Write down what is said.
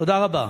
תודה רבה.